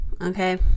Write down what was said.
okay